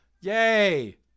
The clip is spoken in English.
yay